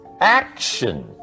Action